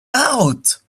out